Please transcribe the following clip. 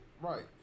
right